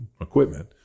equipment